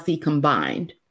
combined